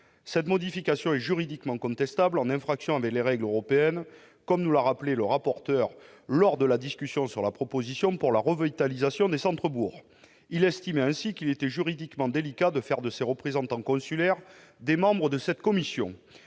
Cette modification, juridiquement contestable, est en infraction avec les règles européennes, comme nous l'a rappelé le rapporteur lors de la discussion de la proposition de loi Revitalisation. Ce dernier estimait ainsi qu'il était juridiquement délicat de faire de ces représentants consulaires des membres de cette commission,